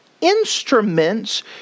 instruments